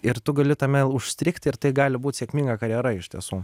ir tu gali tame užstrigti ir tai gali būt sėkminga karjera iš tiesų